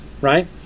right